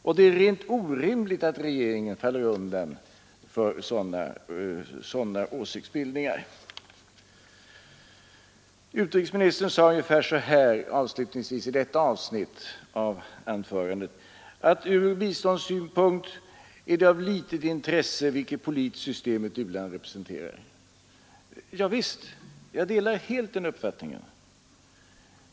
Och det är orimligt att regeringen faller undan för sådana åsiktsbildningar. Utrikesministern sade avslutningsvis i detta avsnitt av sitt anförande att det ur biståndssynpunkt är av litet intresse vilket politiskt system ett u-land representerar. Ja visst, jag delar helt den uppfattningen.